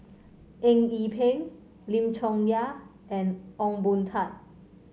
Eng Yee Peng Lim Chong Yah and Ong Boon Tat